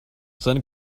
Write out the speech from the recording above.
seine